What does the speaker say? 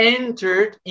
entered